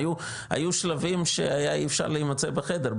היו שלבים שהיא אי אפשר להימצא בחדר,